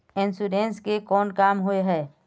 Insurance के कोन काम होय है?